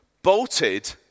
bolted